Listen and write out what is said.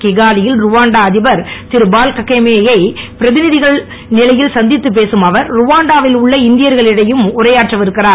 Kigali யில் Rwanda அதிபர் திருபால் ககாமே யை பிரதிநிதகள் நிலையில் சந்தித்துப் பேசும் அவர் ருவாண்டா வில் உள்ள இந்தியர்களிடையிலும் உரையாற்ற இருக்கிறார்